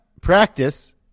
practice